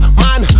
man